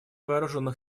вооруженных